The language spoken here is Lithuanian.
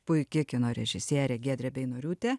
puiki kino režisierė giedrė beinoriūtė